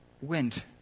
went